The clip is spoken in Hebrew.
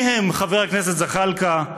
חבר הכנסת זחאלקה,